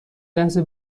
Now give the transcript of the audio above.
لحظه